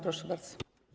Proszę bardzo.